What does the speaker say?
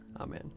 Amen